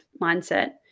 mindset